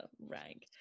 rank